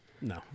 No